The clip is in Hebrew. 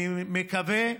אני מקווה.